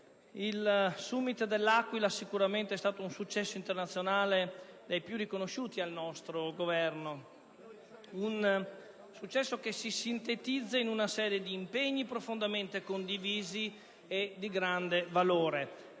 Il *summit* dell'Aquila è sicuramente stato un successo internazionale tra i più riconosciuti al nostro Governo; un successo che si sintetizza in una serie di impegni profondamente condivisi e di grande valore.